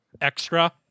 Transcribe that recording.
Extra